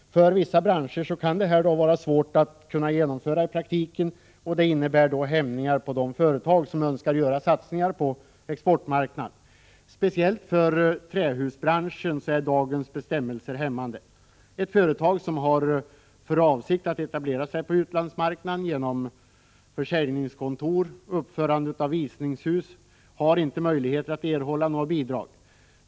Inom vissa branscher kan detta vara svårt att genomföra i praktiken. Det verkar hämmande på de företag som önskar göra satsningar på exportmarknaden. Dagens bestämmelser om exportstöd är hämmande för framför allt trähusbranschen. Ett företag som har för avsikt att etablera sig på utlandsmarknaden genom försäljningskontor och uppförande av visningshus har inte möjlighet att erhålla bidrag.